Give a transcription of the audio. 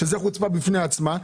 שזו חוצפה בפני עצמה.